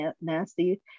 nasty